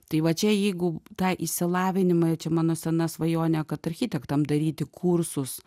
tai va čia jeigu tą išsilavinimą i čia mano sena svajonė architektam daryti kursus